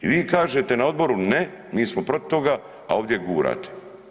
I vi kažete na odboru ne mi smo protiv toga, a ovdje gurate.